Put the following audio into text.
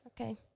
okay